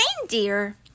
reindeer